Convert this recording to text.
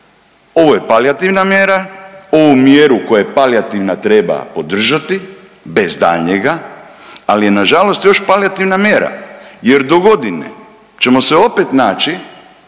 Ovo je palijativna mjera, ovu mjeru koja je palijativna treba podržati bez daljnjega, ali je nažalost još palijativna mjera jer dogodine ćemo se opet naći